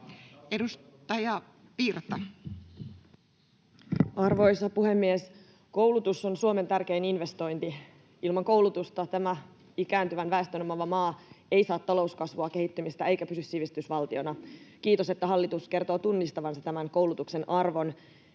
Content: Arvoisa puhemies! Koulutus on Suomen tärkein investointi. Ilman koulutusta tämä ikääntyvän väestön omaava maa ei saa talouskasvua, kehittymistä eikä pysy sivistysvaltiona. Kiitos, että hallitus kertoo tunnistavansa tämän koulutuksen arvon.